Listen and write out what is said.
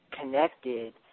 connected